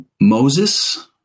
Moses